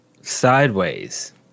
Sideways